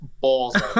balls